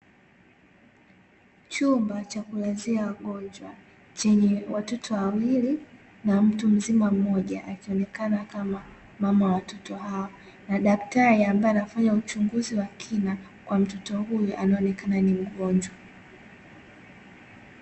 Chumba cha kulazia wagonjwa chenye watoto wawili na mtu mzima mmoja akionekana kama mama wa watoto hao, na daktari ambaye anafanya uchunguzi wa kina kwa mtoto huyu anayeonekana ni mgonjwa.